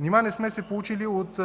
Нима не сме се поучили от